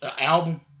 album